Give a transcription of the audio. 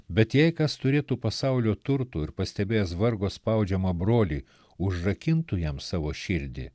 bet jei kas turėtų pasaulio turtų ir pastebės vargo spaudžiamą brolį užrakintų jam savo širdį